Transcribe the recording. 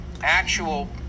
actual